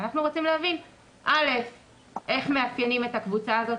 אנחנו רוצים להבין איך מאפיינים את הקבוצה הזו,